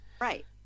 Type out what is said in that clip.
Right